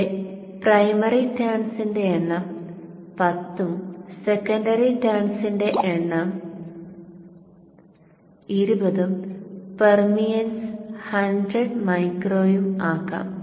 ഇവിടെ പ്രൈമറി ടെൻസിന്റെ എണ്ണം 10 ഉം സെക്കൻഡറി ടെൻസിന്റെ എണ്ണം 20 ഉം പെർമിയൻസ് 100 μ ഉം ആക്കാം